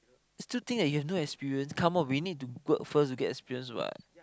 still think that you have no experience come on we need to work first to get experience what